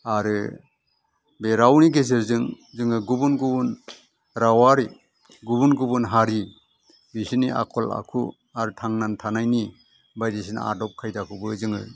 आरो बे रावनि गेजेरजों जोङो गुबुन गुबुन रावारि गुबुन गुबुन हारि बिसिनि आखल आखु आर थांना थानायनि बायदिसिना आदब खायदाखौबो जोङो